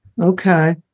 okay